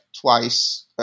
twice